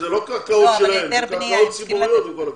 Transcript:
זה לא קרקעות שלהם אלא זה קרקעות ציבורית.